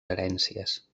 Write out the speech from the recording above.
herències